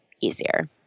easier